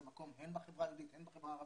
מקום הן בחברה היהודית והן בחברה הערבית,